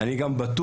אני גם בטוח